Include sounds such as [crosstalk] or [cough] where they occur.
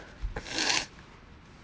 [breath]